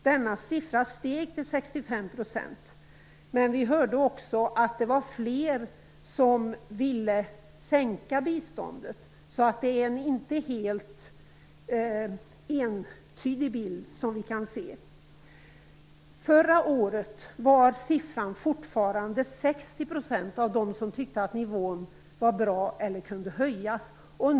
Denna siffra steg till 65 %, men vi hörde också att det var fler som ville sänka biståndet, så det är inte en helt entydig bild vi kan se. Förra året var det fortfarande 60 % som tyckte att nivån var bra eller kunde höjas.